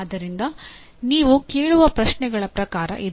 ಆದ್ದರಿಂದ ನೀವು ಕೇಳುವ ಪ್ರಶ್ನೆಗಳ ಪ್ರಕಾರ ಇದು